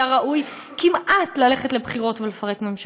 ראוי כמעט ללכת לבחירות ולפרק ממשלה,